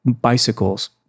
bicycles